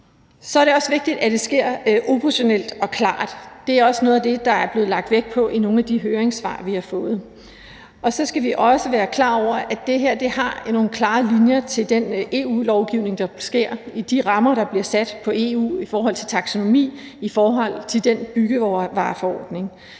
Så er det også vigtigt, at det sker operationelt og klart. Det er også noget af det, der er blevet lagt vægt på i nogle af de høringssvar, vi har fået. Og så skal vi også være klar over, at det her har nogle klare linjer til den EU-lovgivning, der sker i de rammer, der bliver sat på EU-niveau, i forhold til taksonomi og i forhold til byggevareforordningen.